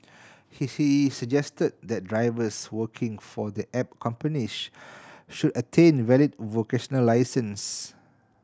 he he suggested that drivers working for the app companies should attain valid vocational licences